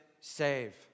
save